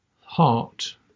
heart